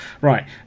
Right